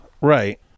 Right